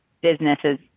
businesses